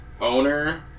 owner